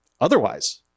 Otherwise